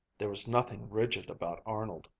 there was nothing rigid about arnold.